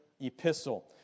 epistle